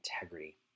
integrity